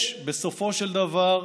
יש, בסופו של דבר,